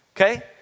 okay